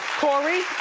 corey?